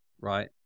Right